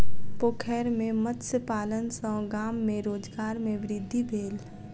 पोखैर में मत्स्य पालन सॅ गाम में रोजगार में वृद्धि भेल